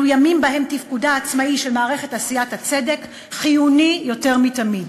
אלו ימים שבהם תפקודה העצמאי של מערכת עשיית הצדק חיוני יותר מתמיד.